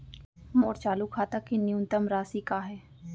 मोर चालू खाता के न्यूनतम राशि का हे?